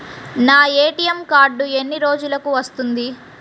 నా ATM card ఎన్ని రోజులకు వస్తుంది?